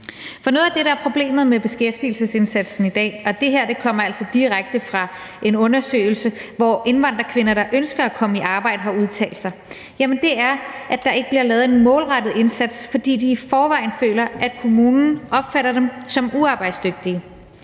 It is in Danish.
For noget af det, der er problemet med beskæftigelsesindsatsen i dag – og det her kommer altså direkte fra en undersøgelse, hvor indvandrerkvinder, der ønsker at komme i arbejde, har udtalt sig – er, at der ikke bliver lavet en målrettet indsats, fordi de i forvejen føler, at kommunen opfatter dem som uarbejdsdygtige.